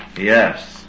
Yes